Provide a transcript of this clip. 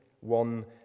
one